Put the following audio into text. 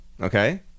Okay